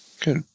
Good